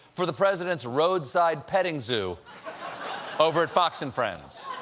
for the president's roadside petting zoo over at fox and friends.